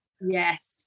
Yes